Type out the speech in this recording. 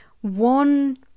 one